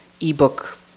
ebook